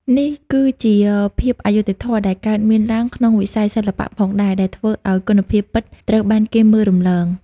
នេះគឺជាភាពអយុត្តិធម៌ដែលកើតមានឡើងក្នុងវិស័យសិល្បៈផងដែរ ដែលធ្វើឲ្យគុណភាពពិតត្រូវបានគេមើលរំលង។